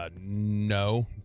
No